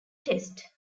test